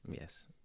yes